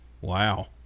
Wow